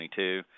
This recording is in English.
2022